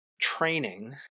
training